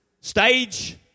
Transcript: stage